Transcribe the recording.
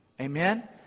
Amen